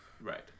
right